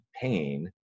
pain